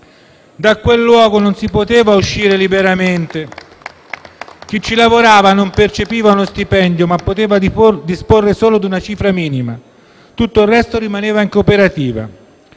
Da quel luogo non si poteva uscire liberamente. Chi ci lavorava non percepiva uno stipendio ma poteva disporre solo di una cifra minima. Tutto il resto rimaneva in cooperativa.